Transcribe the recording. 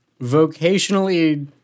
vocationally